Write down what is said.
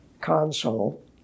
console